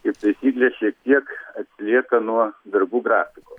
kaip taisyklė šiek kiek atsilieka nuo darbų grafiko